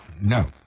No